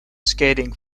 skating